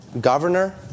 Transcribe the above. governor